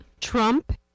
Trump